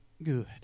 good